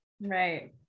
Right